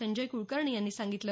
संजय कुलकर्णी यांनी सांगितलं